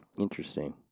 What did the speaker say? Interesting